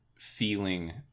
feeling